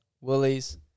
Woolies